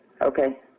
Okay